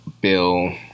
Bill